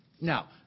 Now